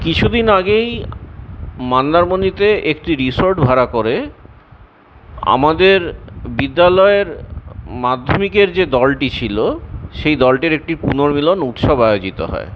কিছুদিন আগেই মন্দারমণিতে একটি রিসর্ট ভাড়া করে আমাদের বিদ্যালয়ের মাধ্যমিকের যে দলটি ছিল সেই দলটির একটি পুনর্মিলন উৎসব আয়োজিত হয়